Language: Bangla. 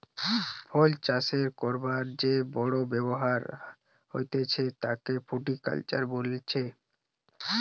ফল চাষ করবার যে বড় ব্যবসা হতিছে তাকে ফ্রুটিকালচার বলতিছে